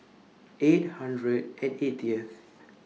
eight hundred and eightieth